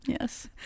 Yes